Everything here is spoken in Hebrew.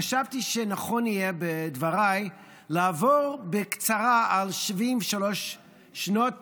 חשבתי שנכון יהיה בדבריי לעבור בקצרה על 73 שנות